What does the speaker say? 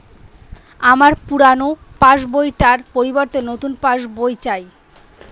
আমার পুরানো পাশ বই টার পরিবর্তে নতুন পাশ বই চাই